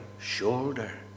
shoulder